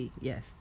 yes